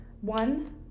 one